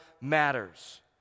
matters